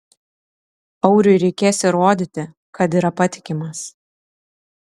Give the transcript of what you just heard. auriui reikės įrodyti kad yra patikimas